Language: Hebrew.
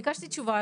ביקשתי תשובה,